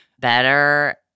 better